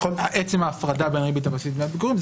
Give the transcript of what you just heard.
עצם ההפרדה בין ריבית הבסיס לדמי פיגורים.